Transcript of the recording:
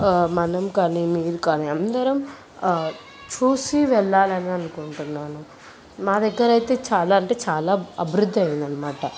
మనం కానీ మీరు కానీ అందరం చూసి వెళ్ళాలని అనుకుంటున్నాను మా దగ్గర అయితే చాలా అంటే చాలా అభివృద్ధి అయిందన్నమాట